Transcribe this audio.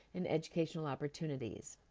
and educational opportunities.